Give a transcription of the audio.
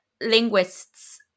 linguists